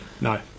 No